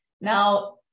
Now